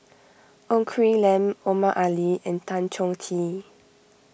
Ng Quee Lam Omar Ali and Tan Chong Tee